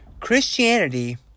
Christianity